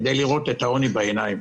לראות את העוני בעיניים.